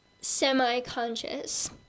semi-conscious